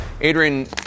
Adrian